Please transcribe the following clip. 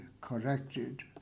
corrected